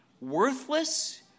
worthless